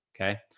okay